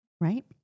right